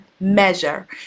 measure